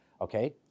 okay